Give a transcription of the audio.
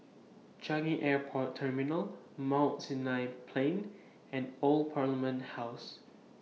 Changi Airport Terminal Mount Sinai Plain and Old Parliament House